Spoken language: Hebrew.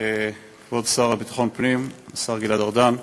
כבוד השר לביטחון פנים, השר גלעד ארדן,